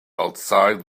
outside